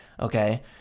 okay